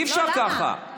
אי-אפשר ככה.